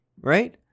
right